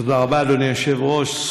תודה רבה, אדוני היושב-ראש.